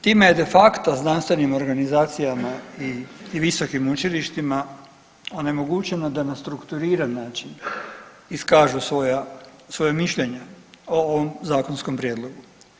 Time je de facto znanstvenim organizacijama i visokim učilištima onemogućeno da na strukturiran način iskažu svoja mišljenja o ovom zakonskom prijedlogu.